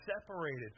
separated